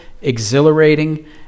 exhilarating